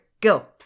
go